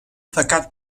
fakat